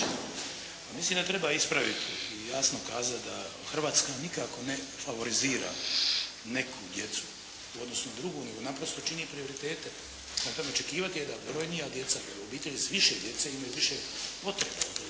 mislim da treba ispraviti i jasno kazati da Hrvatska nikako ne favorizira neku djecu u odnosu na drugo nego naprosto čini prioritete. Prema tome za očekivati je da brojnija djeca, obitelji sa više djece imaju više potreba.